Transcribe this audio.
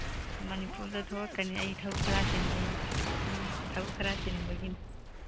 ꯃꯅꯤꯄꯨꯔꯗ ꯊꯣꯛꯂꯛꯀꯅꯤ ꯑꯩ ꯊꯕꯛ ꯈꯔ ꯆꯤꯟꯕꯒꯤꯅꯤ ꯎꯝ ꯊꯕꯛ ꯈꯔ ꯆꯤꯟꯕꯒꯤꯅꯤ